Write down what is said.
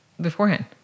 beforehand